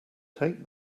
take